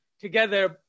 together